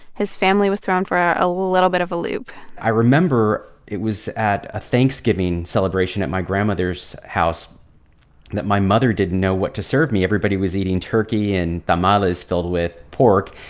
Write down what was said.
his family was thrown for a little bit of a loop i remember it was at a thanksgiving celebration at my grandmother's house that my mother didn't know what to serve me. everybody was eating turkey and tamales filled with pork.